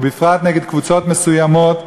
ובפרט נגד קבוצות מסוימות.